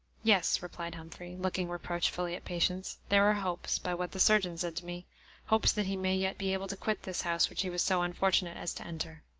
yes, replied humphrey, looking reproachfully at patience, there are hopes, by what the surgeon said to me hopes that he may yet be able to quit this house which he was so unfortunate as to enter.